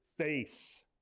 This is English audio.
face